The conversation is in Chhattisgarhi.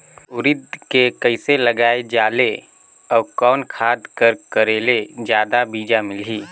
उरीद के कइसे लगाय जाले अउ कोन खाद कर करेले जादा बीजा मिलही?